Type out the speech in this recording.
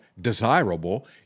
desirable